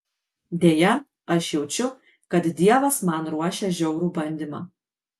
deja aš jaučiu kad dievas man ruošia žiaurų bandymą